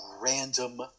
random